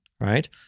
right